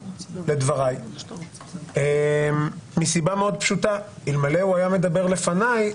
לדבריי מסיבה מאוד פשוטה: אלמלא הוא היה מדבר לפניי